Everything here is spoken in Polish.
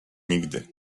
nigdy